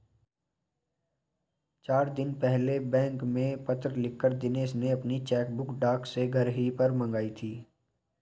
चार दिन पहले बैंक में पत्र लिखकर दिनेश ने अपनी चेकबुक डाक से घर ही पर मंगाई थी